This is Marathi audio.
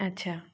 अच्छा